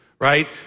Right